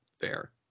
Fair